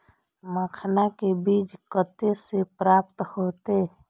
मखान के बीज कते से प्राप्त हैते?